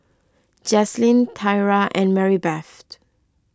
Jaslyn Tyra and Maribeth Ter